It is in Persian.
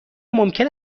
ممکن